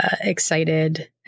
excited